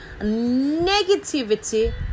negativity